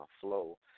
flow